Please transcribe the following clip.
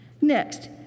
Next